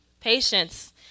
patience